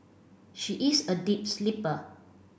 she is a deep sleeper